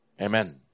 Amen